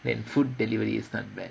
then food delivery is not bad